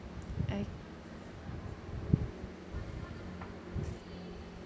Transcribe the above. oh